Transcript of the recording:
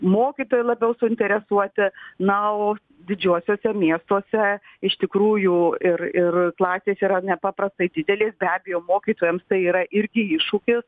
mokytojai labiau suinteresuoti na o didžiuosiuose miestuose iš tikrųjų ir ir klasės yra nepaprastai didelės be abejo mokytojams tai yra irgi iššūkis